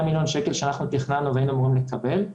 מיליון שקל שאנחנו היינו אמורים לקבל,